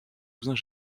cousins